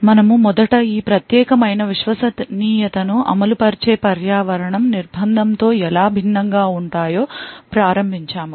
మనము మొదట ఈ ప్రత్యేకమైన విశ్వసనీయతను అమలు పరిచే పర్యావరణం నిర్బంధం తో ఎలా భిన్నంగా ఉంటాయో ప్రారంభించాము